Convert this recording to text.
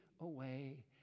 away